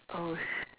oh shit